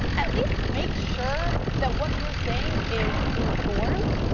at least make sure that what you're saying is informed,